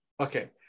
okay